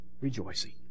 rejoicing